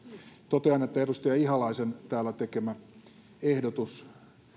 totean että edustaja ihalaisen täällä tekemä ehdotus